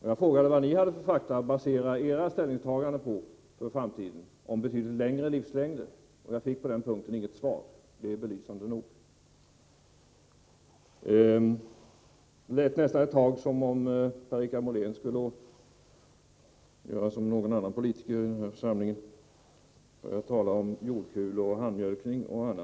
Jag frågade vad ni har för fakta att basera era ställningstaganden om betydligt längre livslängder på. Jag fick på den punkten inget svar. Det är belysande nog. Det lät ett tag nästan som om Per-Richard Molén skulle göra som en annan politiker i denna församling, börja tala om övergång till jordkulor, handmjölkning och annat.